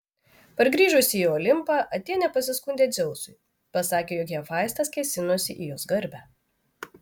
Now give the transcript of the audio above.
pargrįžusi į olimpą atėnė pasiskundė dzeusui pasakė jog hefaistas kėsinosi į jos garbę